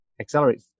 accelerate